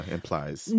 Implies